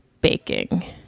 baking